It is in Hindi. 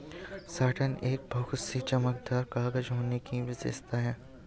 साटन एक बहुत ही चमकदार कागज होने की विशेषता है